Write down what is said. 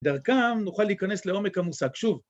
‫דרכם נוכל להיכנס לעומק המושג. ‫שוב.